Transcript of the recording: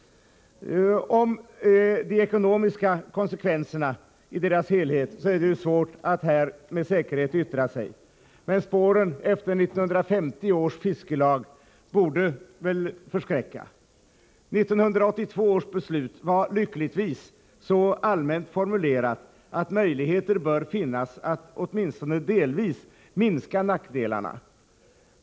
Om de ekonomiska konsekvenserna i deras helhet är det svårt att nu med säkerhet yttra sig, men spåren efter 1950 års fiskelag borde förskräcka. 1982 års beslut var lyckligtvis så allmänt formulerat, att möjligheter bör finnas att åtminstone delvis minska nackdelarna.